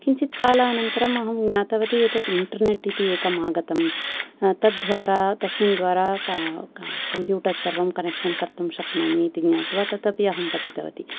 किञ्चित् कालानन्तरम् अहं ज्ञातवती एतत् इण्टेर्नेट् इति एकम् आगतं तद्वारा तस्मिन् द्वारा क क कम्पूटर् सर्वं कनेक्षन् कर्तुं शक्नोमि इति ज्ञात्वा तदपि अहं पठितवती